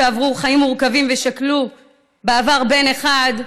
שעברו חיים מורכבים ושכלו בעבר בן אחד,